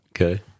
Okay